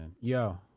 Yo